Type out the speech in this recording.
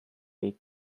they